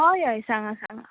हय हय सांगां सांगां